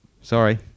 sorry